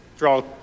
draw